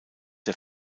der